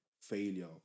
failure